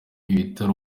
ibitari